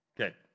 Okay